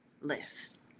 list